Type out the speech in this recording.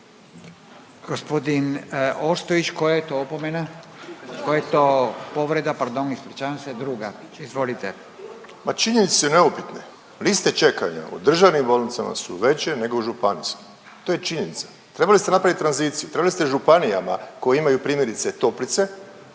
Gospodin Ostojić, koja je to opomena, koja je to povreda, pardon ispričavam se? Druga. Izvolite. **Ostojić, Rajko (Nezavisni)** Pa činjenice su neupitne, vi ste čekali ovo. Državnim bolnicama su veće nego u županijskim to je činjenica. Trebali ste napravit tranziciju, trebali ste županijama koje imaju primjerice toplice